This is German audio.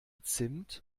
zimt